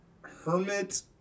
hermit